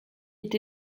est